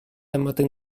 ematen